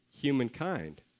Humankind